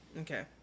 Okay